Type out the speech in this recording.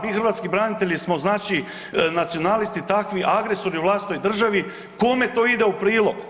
Mi hrvatski branitelji smo znači nacionalisti, takvi agresori u vlastitoj državi, kome to ide u prilog?